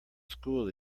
school